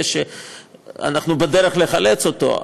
עשינו כברת דרך עצומה.